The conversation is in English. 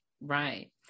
right